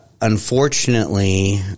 unfortunately